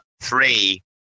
three